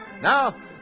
Now